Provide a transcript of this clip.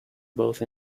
both